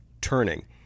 turning